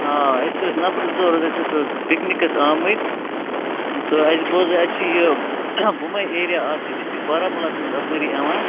آ اَسہِ أسۍ نفر زٕ ژور اَسہِ حظ اوس یہِ پِکنِکس آمٕتۍ تہٕ اَسہِ بوٗزیو اتھِ چھُ یہِ بُمے ایٚریا اکھ چھُ ڈِسٹرکٹ بارامُلاہَس منٛز اَپٲری یِوان